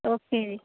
okay ਜੀ